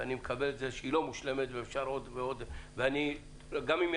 ואני מקבל את זה שהיא לא מושלמת וגם אם כן